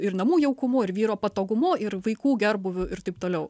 ir namų jaukumu ir vyro patogumu ir vaikų gerbūviu ir taip toliau